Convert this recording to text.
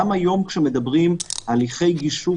גם היום כשמדברים על הליכי גישור